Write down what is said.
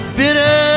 bitter